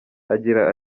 agira